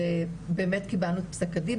זה באמת קיבלנו את פסק הדין,